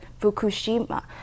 fukushima